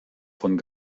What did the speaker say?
von